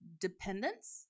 dependence